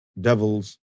devils